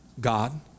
God